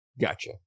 Gotcha